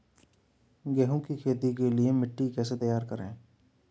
गेहूँ की खेती के लिए मिट्टी कैसे तैयार करें?